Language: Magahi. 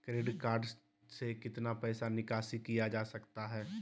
क्रेडिट कार्ड से कितना पैसा निकासी किया जा सकता है?